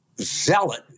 zealot